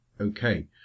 Okay